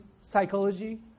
psychology